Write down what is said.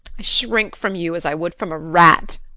i shrink from you as i would from a rat.